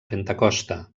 pentecosta